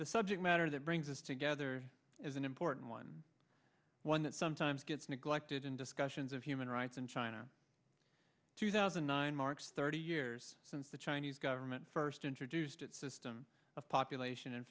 the subject matter that brings us together is an important one one that sometimes gets neglected in discussions of human rights in china two thousand and nine marks thirty years since the chinese government first introduced its system of population and